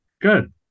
Good